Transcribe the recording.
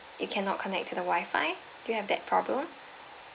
you cannot connect to the Wi-Fi do you have that problem